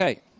Okay